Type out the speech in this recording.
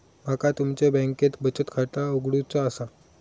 माका तुमच्या बँकेत बचत खाता उघडूचा असा?